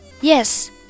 Yes